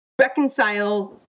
reconcile